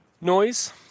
noise